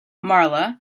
marla